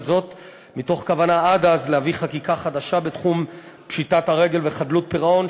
מתוך כוונה עד אז להביא חקיקה חדשה בתחום פשיטת הרגל וחדלות פירעון,